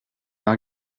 pas